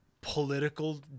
political